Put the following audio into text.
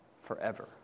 forever